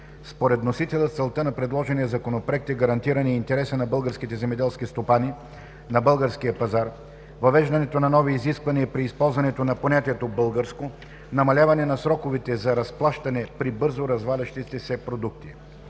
Според вносителя целта на предложения Законопроект е гарантиране интереса на българските земеделски стопани на българския пазар, въвеждането на нови изисквания при използването на понятието „българско“, намаляване на сроковете за разплащане при бързо развалящите се продукти.